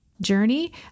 journey